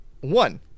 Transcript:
One